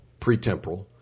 pretemporal